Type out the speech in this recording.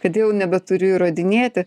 kad jau nebeturiu įrodinėti